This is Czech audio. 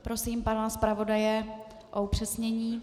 Prosím pana zpravodaje o upřesnění.